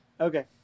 Okay